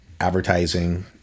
advertising